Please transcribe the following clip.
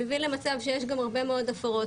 מביא למצב שיש גם הרבה מאוד הפרות.